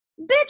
bitch